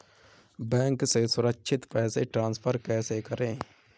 Bank से सुरक्षित पैसे ट्रांसफर कैसे करें?